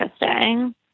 interesting